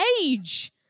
age